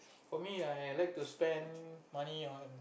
for me like I like to spend money on